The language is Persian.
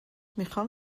میخان